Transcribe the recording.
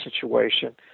situation